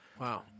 Wow